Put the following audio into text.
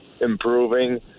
improving